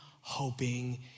hoping